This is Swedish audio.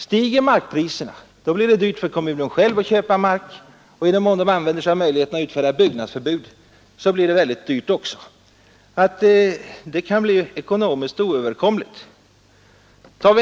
Stiger markpriserna blir det dyrt för kommunerna själva att köpa mark, och i den mån de använder sig av möjligheten att utfärda byggnadsförbud blir det också synnerligen dyrbart. Det kan bli ekonomiskt oöverkomligt.